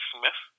Smith